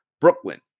Brooklyn